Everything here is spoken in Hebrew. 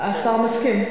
השר מסכים?